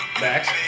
max